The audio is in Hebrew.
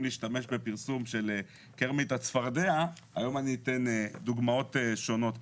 להשתמש בפרסום של קרמיט הצפרדע והיום אני אתן דוגמאות ושנות אחרות.